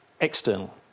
External